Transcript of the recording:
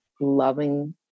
loving